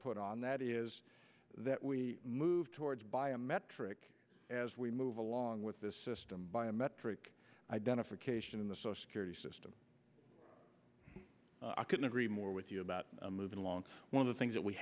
put on that is that we move towards biometric as we move along with this system biometric identification the social security system i couldn't agree more with you about moving along one of the things that we